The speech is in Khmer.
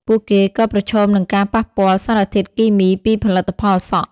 ពួកគេក៏ប្រឈមនឹងការប៉ះពាល់សារធាតុគីមីពីផលិតផលសក់។